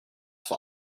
vor